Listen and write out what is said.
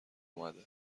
اومده